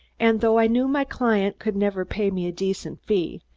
and though i knew my client could never pay me a decent fee,